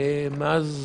מאז